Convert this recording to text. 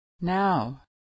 Now